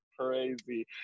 crazy